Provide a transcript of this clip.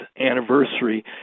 anniversary